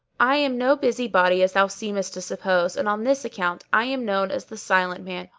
i am no busy body as thou seemest to suppose, and on this account i am known as the silent man,